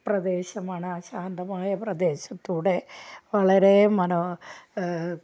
പ്രദേശമാണ് ആ ശാന്തമായ പ്രദേശത്തു കൂടെ വളരെ മനോ